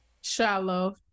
shallow